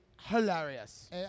hilarious